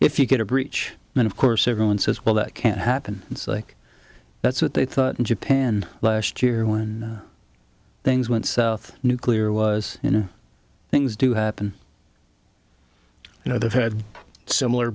if you get a breach then of course everyone says well that can't happen it's like that's what they thought in japan last year when things went south nuclear was you know things do happen you know they've had similar